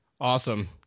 Awesome